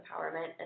empowerment